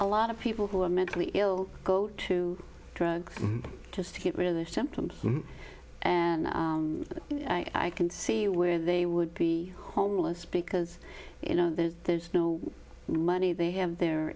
a lot of people who are mentally ill go to drugs just to get rid of their symptoms and i can see where they would be homeless because you know there's no money they have their